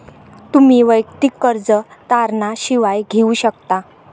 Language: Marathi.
तुम्ही वैयक्तिक कर्ज तारणा शिवाय घेऊ शकता